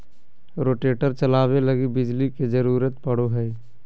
rotator चलावे लगी बिजली के जरूरत पड़ो हय